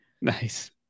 nice